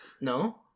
No